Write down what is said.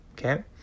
Okay